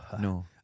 No